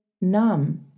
numb